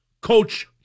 Coach